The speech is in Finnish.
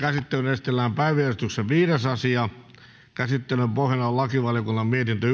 esitellään päiväjärjestyksen viides asia käsittelyn pohjana on lakivaliokunnan mietintö